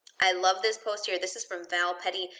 i love this post here, this is from valpetty.